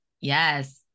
yes